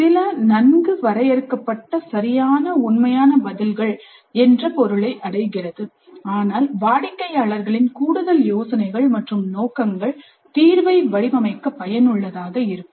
சில நன்கு வரையறுக்கப்பட்ட சரியான உண்மையான பதில்கள் என்ற பொருளை அடைகிறதுஆனால் வாடிக்கையாளர்களின் கூடுதல் யோசனைகள் மற்றும் நோக்கங்கள் தீர்வை வடிவமைக்க பயனுள்ளதாக இருக்கும்